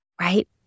right